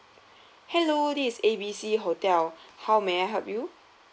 hello this is A B C hotel how may I help you